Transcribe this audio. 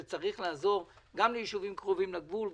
כי צריך לעזור גם ליישובים קרובים לגבול,